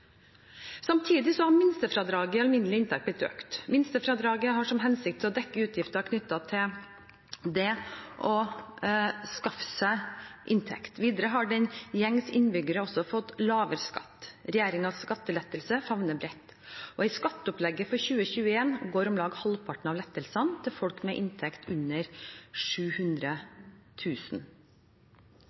har minstefradraget i alminnelig inntekt blitt økt. Minstefradraget har som hensikt å dekke utgifter knyttet til det å skaffe seg inntekt. Videre har den gjengse innbygger også fått lavere skatt. Regjeringens skattelettelser favner bredt. I skatteopplegget for 2021 går om lag halvparten av lettelsene til folk med inntekt under